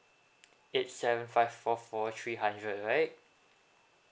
eight seven five four four three hundred right